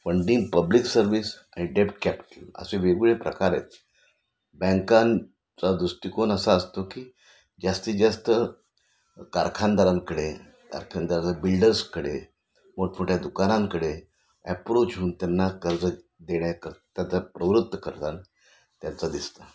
funding public service आणि डेब्ट capital असे वेगवेगळे प्रकार आहेत बँकांचा दृष्टिकोन असा असतो की जास्तीत जास्त कारखानदारांकडे कारखानदारा बिल्डर्सकडे मोठमोठ्या दुकानांकडे ॲप्रोच होऊन त्यांना कर्ज देण्याकरता त्या प्रवृत्त करताना त्यांचं दिसतं